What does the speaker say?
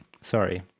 Sorry